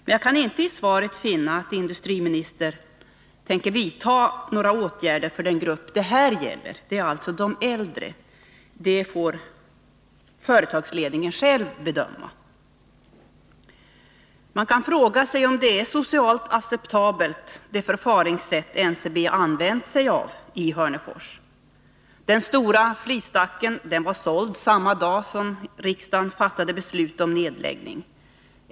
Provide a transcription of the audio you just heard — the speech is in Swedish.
Men jag kan inte i svaret finna att industriministern tänker vidta några åtgärder för den grupp det här gäller, alltså de äldre. Företagsledningen får själv bedöma om sådana åtgärder är nödvändiga. Man kan fråga sig om NCB:s förfaringssätt i Hörnefors är socialt acceptabelt. Den stora flisstacken var såld samma dag som riksdagen fattade beslut om nedläggning.